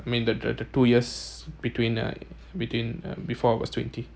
I mean the the the two years between uh between uh before I was twenty